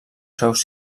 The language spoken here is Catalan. seus